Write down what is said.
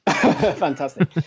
Fantastic